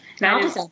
Now